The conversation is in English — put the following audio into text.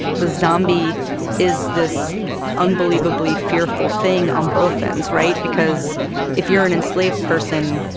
the zombie is this unbelievably fearful thing on both ends right? because if you're an enslaved person,